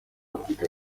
afurika